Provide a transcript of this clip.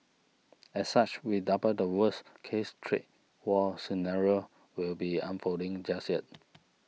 as such we double the worst case trade war scenario will be unfolding just yet